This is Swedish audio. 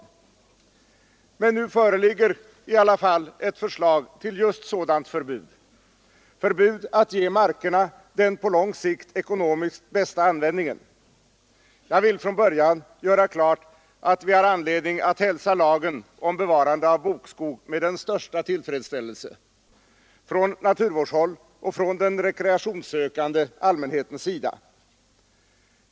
Men nu föreligger i alla fall ett förslag till just sådant förbud att ge markerna den på lång sikt ekonomiskt bästa användningen. Jag vill från början göra klart att vi har anledning att hälsa lagen om bevarande av bokskog med den största tillfredsställelse från naturvårdshåll och från den rekreationssökande allmänhetens sida.